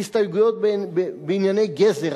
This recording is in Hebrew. והסתייגויות בענייני גזר,